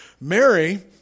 Mary